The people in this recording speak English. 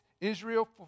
Israel